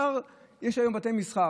יש היום בתי מסחר,